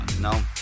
no